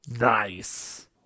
Nice